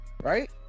Right